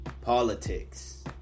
Politics